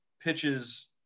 pitches